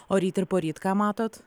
o ryt ir poryt ką matot